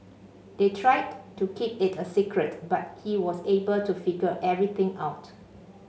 they tried to keep it a secret but he was able to figure everything out